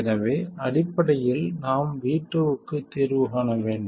எனவே அடிப்படையில் நாம் V2 க்கு தீர்வு காண வேண்டும்